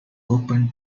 open